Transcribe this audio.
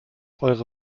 eure